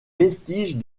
vestiges